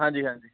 ਹਾਂਜੀ ਹਾਂਜੀ